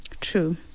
True